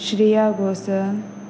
Shreya Ghosal